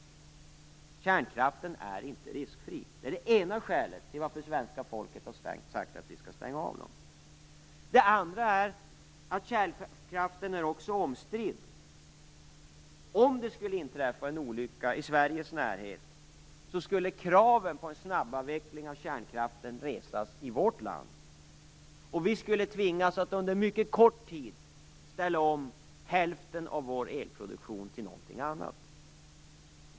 Kärnkraften är inte riskfri. Det är det ena skälet varför svenska folket har sagt att vi skall stänga av den. För det andra är kärnkraften omstridd. Om det skulle inträffa en olycka i Sveriges närhet, skulle kraven på en snabbavveckling av kärnkraften resas i vårt land. Vi skulle tvingas att under mycket kort tid ställa om hälften av vår elproduktion till något annat.